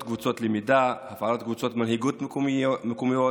קבוצות למידה והפעלת קבוצות מנהיגות מקומיות,